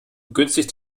begünstigt